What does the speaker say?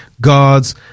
god's